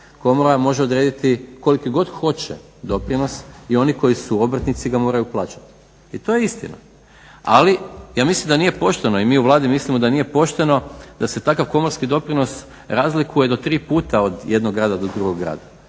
komora može odrediti koliki god hoće doprinos i oni koji su obrtnici ga moraju plaćati. I to je istina. Ali ja mislim da nije pošteno i mi u Vladi mislimo da nije pošteno da se takav komorski doprinos razlikuje do tri puta od jednog grada do drugog grada.